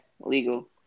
Legal